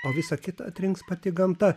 o visa kita atrinks pati gamta